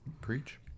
preach